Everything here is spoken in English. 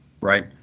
right